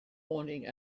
pointing